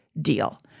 deal